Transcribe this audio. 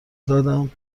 دادم